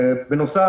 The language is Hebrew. בנוסף,